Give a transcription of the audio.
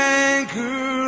anchor